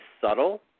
subtle